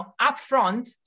upfront